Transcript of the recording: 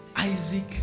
Isaac